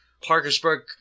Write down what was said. Parkersburg